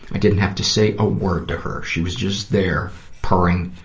i didn't have to say a word to her. she was just there, purring,